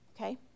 Okay